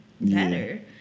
better